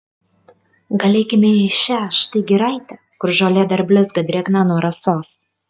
gal eikime į šią štai giraitę kur žolė dar blizga drėgna nuo rasos